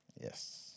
Yes